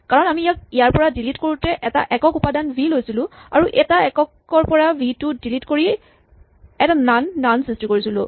কাৰণ আমি ইয়াক ইয়াৰ পৰা ডিলিট কৰোঁতে এটা একক উপাদান ভি লৈছিলোঁ আৰু এটা এককৰ পৰা ভি টো ডিলিট কৰি এটা নন নন সৃষ্টি কৰিছিলোঁ